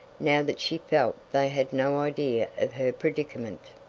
now that she felt they had no idea of her predicament.